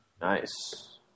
Nice